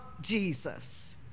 Jesus